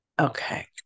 okay